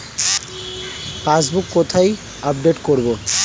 Passbook কোথায় update করব?